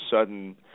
sudden –